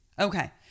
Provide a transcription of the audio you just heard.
Okay